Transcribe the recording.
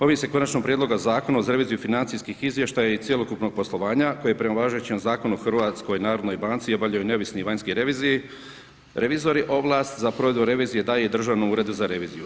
Ovim se konačnim prijedlogom zakona uz reviziju financijskog izvještaja i cjelokupnog poslovanja, koje je prema važećem Zakonu o HNB obavljaju neovisni vanjski revizori, ovlast za provedbu revizije daje i Državnom uredu za reviziju.